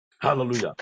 Hallelujah